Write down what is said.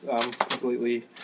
Completely